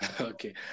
Okay